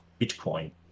Bitcoin